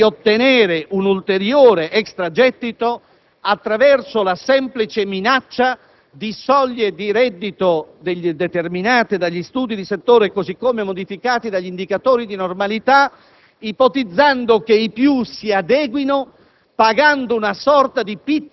Voi pensate cioè di ottenere un ulteriore extragettito attraverso la semplice minaccia di soglie di reddito determinate dagli studi di settore così come modificati dagli indicatori di normalità, ipotizzando che i più si adeguino